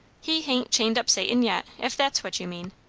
he hain't chained up satan yet, if that's what you mean.